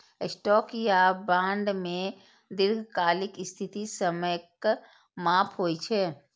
stock या bond मे दीर्घकालिक स्थिति समयक माप होइ छै